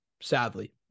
Sadly